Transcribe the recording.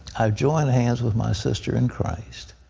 i join hands with my sister in christ,